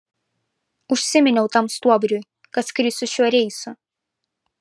užsiminiau tam stuobriui kad skrisiu šiuo reisu